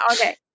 Okay